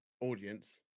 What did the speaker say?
audience